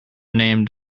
named